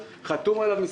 חתום עליו שר הכלכלה,